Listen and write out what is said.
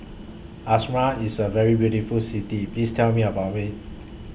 Asmara IS A very beautiful City Please Tell Me above IT